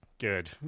Good